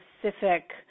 specific